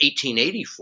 1884